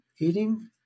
Eating